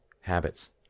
habits